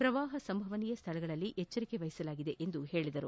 ಪ್ರವಾಹ ಸಂಭವನೀಯ ಸ್ಥಳಗಳಲ್ಲಿ ಎಚ್ಚರಿಕೆ ವಹಿಸಲಾಗಿದೆ ಎಂದು ಹೇಳಿದರು